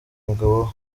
umugabo